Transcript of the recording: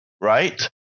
Right